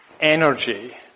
energy